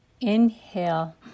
Inhale